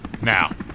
Now